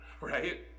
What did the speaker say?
right